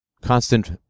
constant